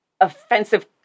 offensive